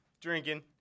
drinking